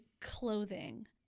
clothing